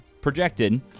projected